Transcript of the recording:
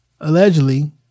allegedly